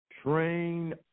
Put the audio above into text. Train